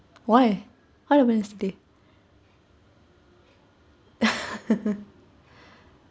why why you want to sit there